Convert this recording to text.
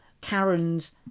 Karen's